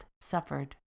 suffered